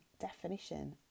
definition